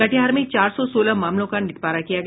कटिहार में चार सौ सोलह मामलों का निपटारा किया गया